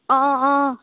অঁ অঁ